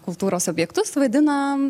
kultūros objektus vaidina